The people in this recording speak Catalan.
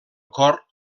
cor